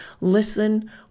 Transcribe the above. listen